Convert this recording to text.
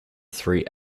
three